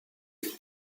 une